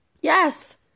Yes